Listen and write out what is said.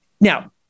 Now